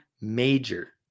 major